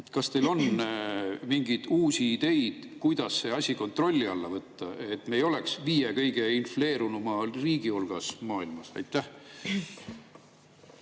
Kas teil on mingeid uusi ideid, kuidas see asi kontrolli alla võtta, et me ei oleks viie kõige infleerunuma riigi hulgas maailmas?